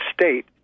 state